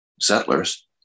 settlers